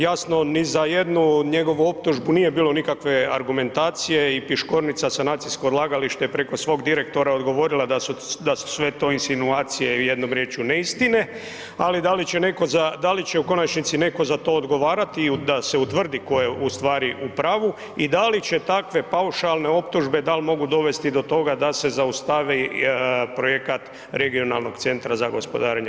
Jasno, ni za jednu njegovu optužbu nije bilo nikakve argumentacije i Piškornica sanacijsko odlagalište je preko svog direktora odgovorila da su sve to insinuacije i jednom riječju neistine ali da li će u konačnici neko za to odgovarati i da se utvrdi ko je ustvari u pravu i da li će takve paušalne optužbe, da li mogu dovesti do toga da se zaustavi projekat regionalnog CGO-a Piškornica?